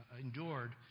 endured